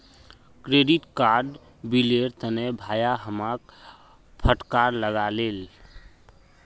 credit card बिलेर तने भाया हमाक फटकार लगा ले